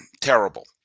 Terrible